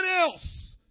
else